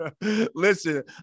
Listen